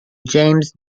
james